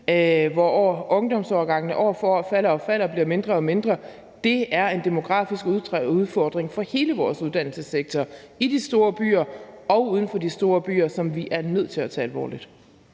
hvor ungdomsårgangene falder år for år og altså bliver mindre og mindre. Det er en demografisk udfordring for hele vores uddannelsessektor, både i de store byer og uden for de store byer, som vi er nødt til at tage alvorligt.